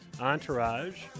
Entourage